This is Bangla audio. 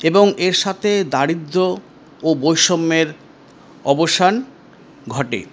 এবং এর সাথে দারিদ্র ও বৈষম্যের অবসান ঘটে